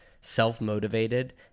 self-motivated